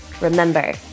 Remember